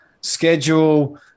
schedule